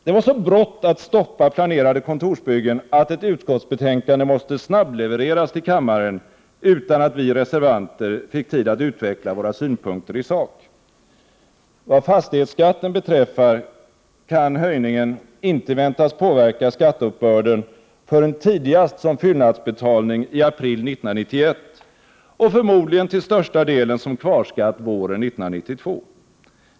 Det var så brått att stoppa planerade kontorsbyggen att ett utskottsbetänkande måste snabblevereras till kammaren, utan att vi reservanter fick tid att utveckla våra synpunkter i sak. Vad fastighetsskatten beträffar kan höjningen inte väntas påverka skatteuppbörden förrän tidigast som fyllnadsbetalning i april 1991 och förmodligen till största delen som kvarskatt våren 1992.